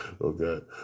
okay